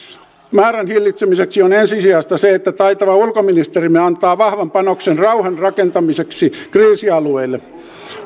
määrän hillitsemiseksi on ensisijaista se että taitava ulkoministerimme antaa vahvan panoksen rauhan rakentamiseksi kriisialueille